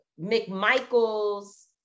McMichael's